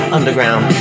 Underground